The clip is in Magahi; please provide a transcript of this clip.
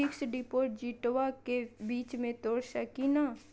फिक्स डिपोजिटबा के बीच में तोड़ सकी ना?